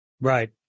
Right